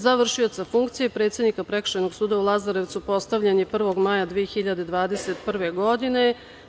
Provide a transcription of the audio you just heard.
Za vršioca funkcije predsednika Prekršajnog suda u Lazarevcu postavljen je 1. maja 2021. godine.